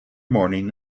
morning